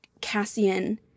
Cassian